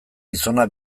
gizona